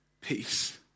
peace